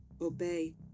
obey